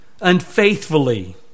unfaithfully